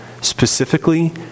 specifically